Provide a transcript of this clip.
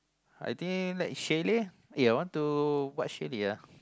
I think like chalet aye I want to what chalet ah